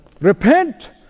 Repent